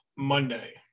Monday